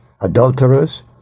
adulterers